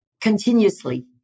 continuously